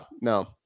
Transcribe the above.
no